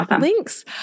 links